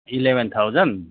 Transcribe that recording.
eleven thousand